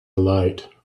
light